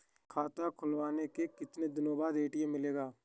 खाता खुलवाने के कितनी दिनो बाद ए.टी.एम मिलेगा?